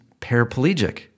paraplegic